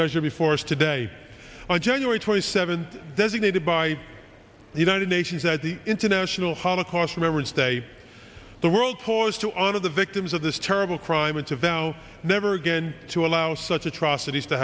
measure before us today on january twenty seventh designated by the united nations as the international holocaust remembrance day the world paused to on of the victims of this terrible crime and of them never again to allow such atrocities to